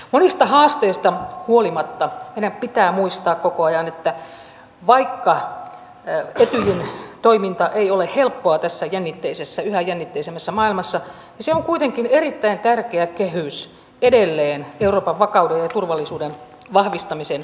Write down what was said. monista haasteista huolimatta meidän pitää muistaa koko ajan että vaikka etyjin toiminta ei ole helppoa tässä jännitteisessä yhä jännitteisemmässä maailmassa niin se on kuitenkin erittäin tärkeä kehys edelleen euroopan vakauden ja turvallisuuden vahvistamiseen tähtäävälle toiminnalle